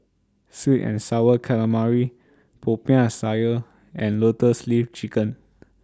Sweet and Sour Calamari Popiah Sayur and Lotus Leaf Chicken